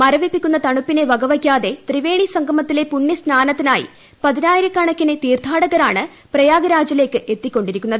മരവിപ്പിക്കുന്ന തണുപ്പിനെ വകവയ്ക്കാതെ ത്രിവേണി സംഗമത്തിലെ പുണ്യസ്നാനത്തിനായി പതിനായിരക്കണക്കിന് തീർത്ഥാടകരാണ് പ്രയാഗ്രാജിലേക്ക് എത്തിക്കൊണ്ടിരിക്കുന്നത്